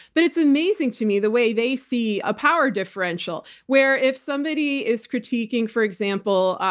but it's amazing to me the way they see a power differential, where if somebody is critiquing, for example,